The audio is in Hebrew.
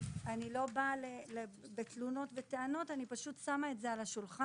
אני לא באה בתלונות או בהאשמות אלא פשוט שמה את זה על השולחן.